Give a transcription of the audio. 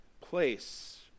place